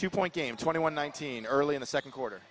to point game twenty one nineteen early in the second quarter